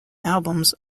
albums